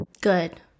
Good